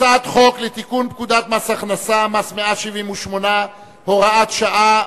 הצעת חוק לתיקון פקודת מס הכנסה (מס' 178 והוראת שעה),